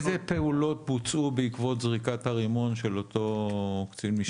אילו פעולות בוצעו בעקבות זריקת הרימון של אותו קצין משטרה?